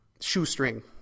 shoestring